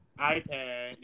ipad